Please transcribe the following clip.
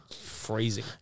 Freezing